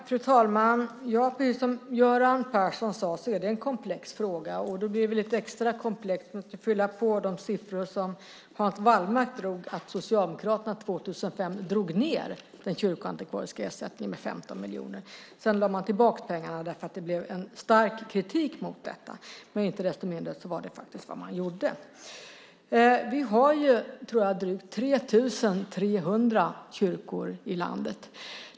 Fru talman! Precis som Göran Persson sade är detta en komplex fråga, och det blir lite extra komplext om man ska fylla på de siffror som Hans Wallmark drog: Socialdemokraterna drog 2005 ned den kyrkoantikvariska ersättningen med 15 miljoner. Sedan lade man tillbaka pengarna, eftersom det blev en stark kritik mot detta. Men icke desto mindre var det faktiskt vad man gjorde. Vi har, tror jag, drygt 3 300 kyrkor i landet.